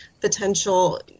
potential